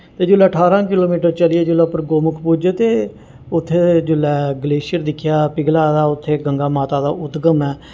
ते जुल्लै अठारां किलोमीटर चलियै जुल्लै उप्पर गौमुख पुज्जे ते उत्थें जेल्लै ग्लेशियर दिक्खेआ पिघला दा उत्थें गंगा माता दा उद्गम ऐ